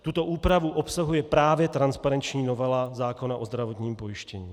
Tuto úpravu obsahuje právě transparenční novela zákona o zdravotním pojištění.